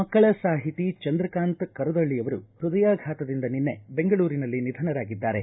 ಮಕ್ಕಳ ಸಾಹಿತಿ ಚಂದ್ರಕಾಂತ ಕರದಳ್ಳಿ ಅವರು ಹೃದಯಾಘಾತದಿಂದ ನಿನ್ನೆ ಬೆಂಗಳೂರಿನಲ್ಲಿ ನಿಧನರಾಗಿದ್ದಾರೆ